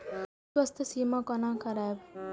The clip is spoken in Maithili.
स्वास्थ्य सीमा कोना करायब?